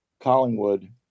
collingwood